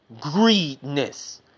greedness